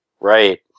Right